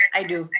i do.